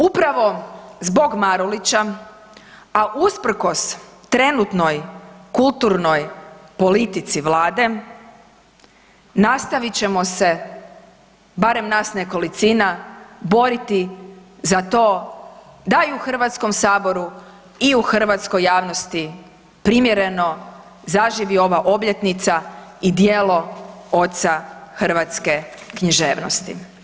Upravo zbog Marulića, a usprkos trenutnoj kulturnoj politici Vlade, nastavit ćemo se barem nas nekolicina boriti za to da i u HS-u i u hrvatskoj javnosti primjereno zaživi ova obljetnica i djelo oca hrvatske književnosti.